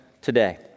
today